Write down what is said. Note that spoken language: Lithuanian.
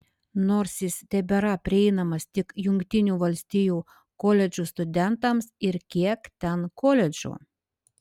nors jis tebėra prieinamas tik jungtinių valstijų koledžų studentams ir kiek ten koledžų